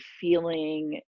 feeling